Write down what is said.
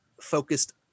focused